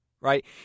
right